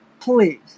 Please